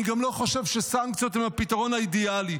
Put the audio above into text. אני גם לא חושב שסנקציות הן הפתרון האידיאלי,